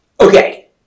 Okay